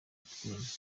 capt